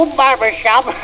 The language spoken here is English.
barbershop